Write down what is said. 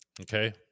Okay